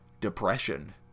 depression